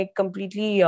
completely